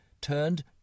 turned